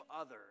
others